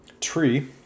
tree